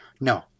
No